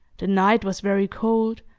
the night was very cold,